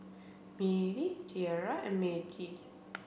Mylee Tierra and Mettie